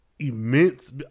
immense